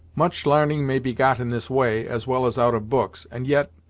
much l'arning may be got in this way, as well as out of books and, yet,